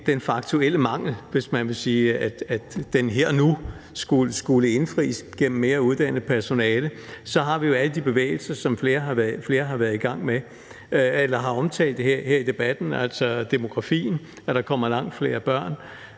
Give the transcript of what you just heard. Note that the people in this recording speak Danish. den faktuelle mangel, hvis man vil sige, at den her og nu skulle indfries gennem mere uddannet personale, har vi jo alle de bevægelser, som flere har omtalt her i debatten, altså demografien, det forhold, at der kommer langt flere børn,